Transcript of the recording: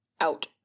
Out